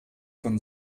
von